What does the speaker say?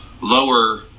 lower